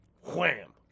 wham